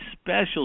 special